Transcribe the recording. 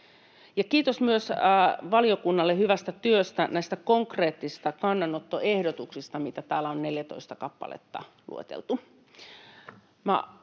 kiitos myös valiokunnalle hyvästä työstä, näistä konkreettisista kannanottoehdotuksista, mitä täällä on 14 kappaletta lueteltu.